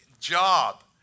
job